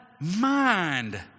mind